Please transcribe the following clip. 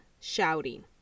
shouting